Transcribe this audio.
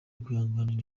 kwihanganira